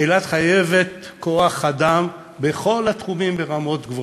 אילת חייבת כוח-אדם בכל התחומים ברמות גבוהות.